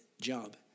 job